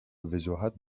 وجاهت